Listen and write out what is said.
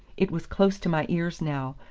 it was close to my ears now,